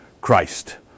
Christ